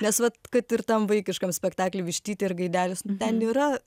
nes vat kad ir tam vaikiškam spektakly vištytė ir gaidelis nu ten yra